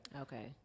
okay